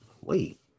wait